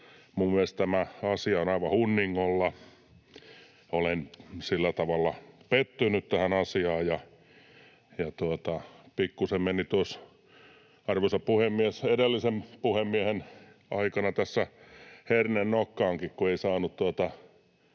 Minun mielestäni tämä asia on aivan hunningolla. Olen sillä tavalla pettynyt tähän asiaan, ja pikkuisen meni tuossa, arvoisa puhemies, edellisen puhemiehen aikana herne nokkaankin, kun ei saanut